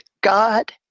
God